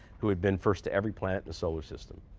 who had been first to every planet in the solar system.